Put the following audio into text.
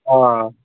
آ